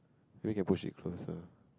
maybe you can push it closer